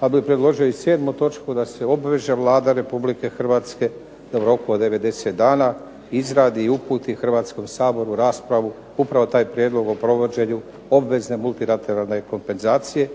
ali bih predložio i 7. točku da se obveže Vlada Republike Hrvatske da u roku od 90 dana izradi i uputi Hrvatskom saboru raspravu upravo taj prijedlog o provođenju obveze multilateralne kompenzacije